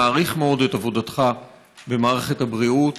מעריך מאוד את עבודתך במערכת הבריאות.